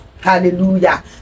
Hallelujah